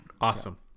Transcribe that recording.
awesome